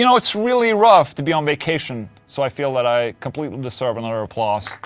you know it's really rough to be on vacation, so i feel that i completely deserve another applause.